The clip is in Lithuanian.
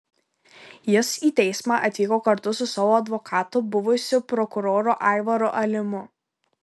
jis į teismą atvyko kartu su savo advokatu buvusiu prokuroru aivaru alimu